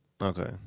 Okay